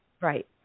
Right